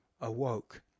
awoke